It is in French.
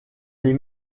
les